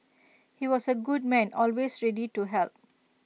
he was A good man always ready to help